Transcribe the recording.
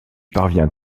parvient